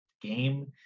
game